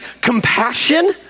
Compassion